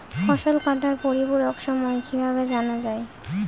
ফসল কাটার পরিপূরক সময় কিভাবে জানা যায়?